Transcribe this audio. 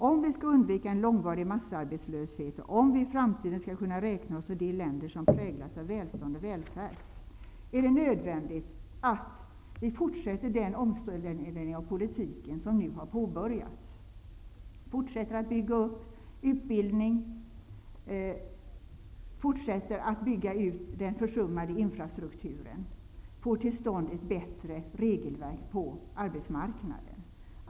Om vi skall undvika en långvarig massarbetslöshet och om vi i framtiden skall kunna räkna oss till de länder som präglas av välstånd och välfärd, är det nödvändigt att vi fortsätter den omställning av politiken som nu har påbörjats, att vi fortsätter att bygga upp utbildning, fortsätter att bygga ut den försummade infrastrukturen och får till stånd ett bättre regelverk på arbetsmarknaden.